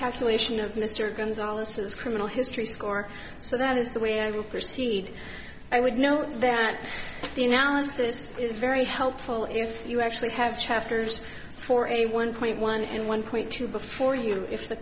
calculation of mr gonzales his criminal history score so that is the way i will proceed i would note that you now as this is very helpful if you actually have chapters for a one point one in one point two before you if the